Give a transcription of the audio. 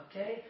Okay